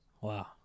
Wow